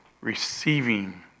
Receiving